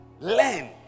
learn